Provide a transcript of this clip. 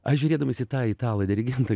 aš žiūrėdamas į tą italą dirigentą